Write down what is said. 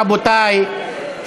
רבותי,